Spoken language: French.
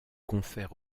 confèrent